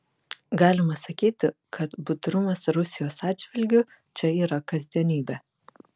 galima sakyti kad budrumas rusijos atžvilgiu čia yra kasdienybė